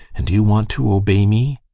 and do you want to obey me?